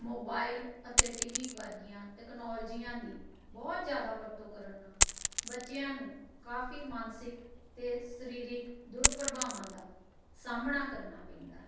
mobile ਅਤੇ T V ਵਰਗੀਆਂ ਤਕਨੋਲਜੀਆਂ ਦੀ ਬਹੁਤ ਜ਼ਿਆਦਾ ਵਰਤੋਂ ਕਰਨ ਨਾਲ ਬੱਚਿਆਂ ਨੂੰ ਕਾਫੀ ਮਾਨਸਿਕ ਅਤੇ ਸਰੀਰਿਕ ਦੁਰਪ੍ਰਭਾਵਾਂ ਦਾ ਸਾਹਮਣਾ ਕਰਨਾ ਪੈਂਦਾ ਹੈ